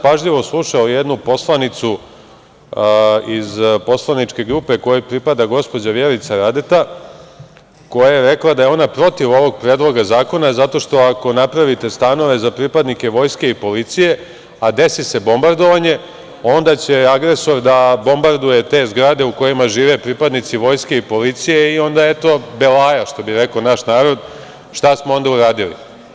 Pažljivo sam slušao jednu poslanicu iz poslaničke grupe kojoj pripada gospođa Vjerica Radeta, koja je rekla da je ona protiv ovog predloga zakona, zato što, ako napravite stanove za pripadnike vojske i policije, a desi se bombardovanje, onda će agresor da bombarduje te zgrade u kojima žive pripadnici vojske i policije i onda eto belaja, što bi rekao naš narod, šta smo onda uradili.